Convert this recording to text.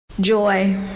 Joy